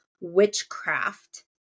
witchcraft